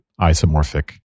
isomorphic